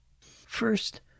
First